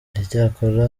icyakora